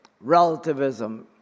Relativism